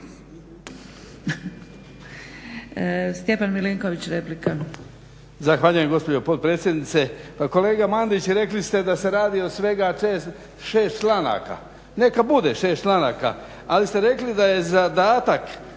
Stjepan Milinković replika.